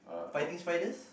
fighting spiders